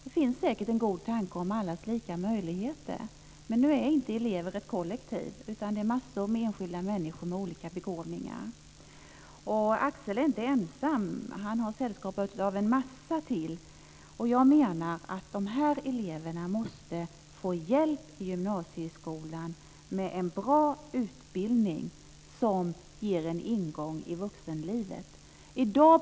Det finns säkert en god tanke om allas lika möjligheter. Men nu är inte elever ett kollektiv, utan de är enskilda människor med olika begåvningar. Axel är inte ensam. Han har sällskap av många fler. Jag menar att de här eleverna måste få hjälp i gymnasieskolan med en bra utbildning som ger en ingång i vuxenlivet.